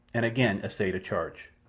and again essayed a charge.